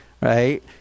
right